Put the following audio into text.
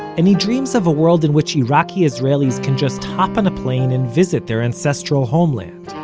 and he dreams of a world in which iraqi israelis can just hop on plane and visit their ancestral homeland.